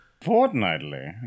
fortnightly